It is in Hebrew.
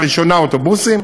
לראשונה אוטובוסים,